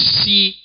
see